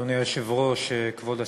אדוני היושב-ראש, כבוד השר,